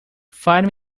find